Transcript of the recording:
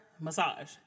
massage